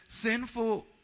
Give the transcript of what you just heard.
sinful